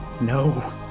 no